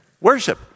Worship